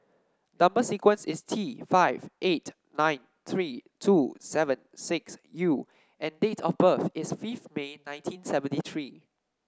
number sequence is T five eight nine three two seven six U and date of birth is fifth May nineteen seventy three